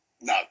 No